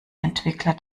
entwickler